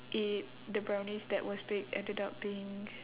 it the brownies that was baked ended up being